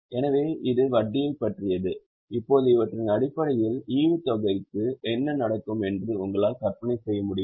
எனவே இது வட்டியை பற்றியது இப்போது இவற்றின் அடிப்படையில் ஈவுத்தொகைக்கு என்ன நடக்கும் என்று உங்களால் கற்பனை செய்ய முடியுமா